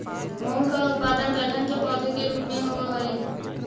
मूंग का उत्पादन दलहन के पौधे के रूप में होव हई